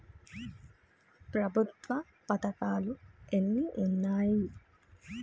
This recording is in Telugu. ప్రభుత్వ పథకాలు ఎన్ని ఉన్నాయి?